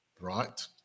right